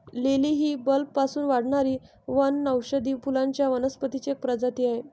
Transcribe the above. lily ही बल्बपासून वाढणारी वनौषधी फुलांच्या वनस्पतींची एक प्रजाती आहे